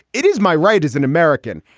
it is my right as an american.